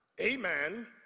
amen